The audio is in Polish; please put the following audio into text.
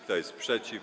Kto jest przeciw?